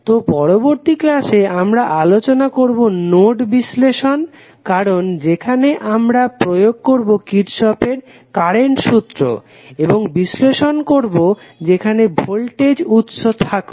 তো পরবর্তী ক্লাসে আমরা আলোচনা করবো নোড বিশ্লেষণ নিয়ে কারণ যেখানে আমরা প্রয়োগ করবো কির্শফের কারেন্ট সূত্র এবং বিশ্লেষণ করবো যেখানে ভোল্টেজ উৎস থাকবে